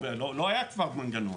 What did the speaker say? לא היה כבר מנגנון.